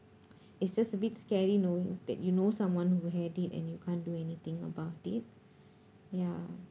it's just a bit scary knowing that you know someone who had it and you can't do anything about it ya